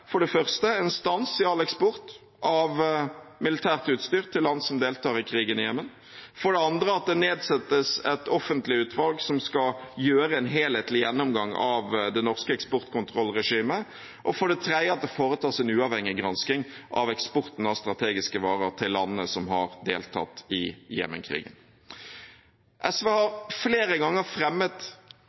for det første en stans i all eksport av militært utstyr til land som deltar i krigen i Jemen, for det andre at det nedsettes et offentlig utvalg som skal gjøre en helhetlig gjennomgang av det norske eksportkontrollregimet, og for det tredje at det foretas en uavhengig gransking av eksporten av strategiske varer til landene som har deltatt i Jemen-krigen. SV har flere ganger fremmet